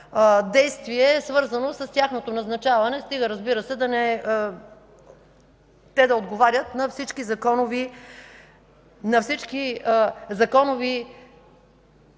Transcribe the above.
действие, свързано с тяхното назначаване, стига, разбира се, те да отговарят на всички законови изисквания.